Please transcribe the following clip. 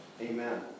Amen